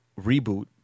reboot